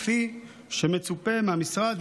כפי שמצופה מהמשרד.